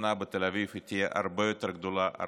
ההפגנה בתל אביב תהיה הרבה יותר גדולה,